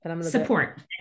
support